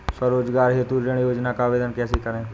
स्वरोजगार हेतु ऋण योजना का आवेदन कैसे करें?